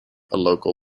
local